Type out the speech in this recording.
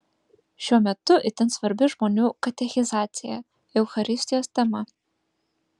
šiuo metu itin svarbi žmonių katechizacija eucharistijos tema